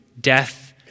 death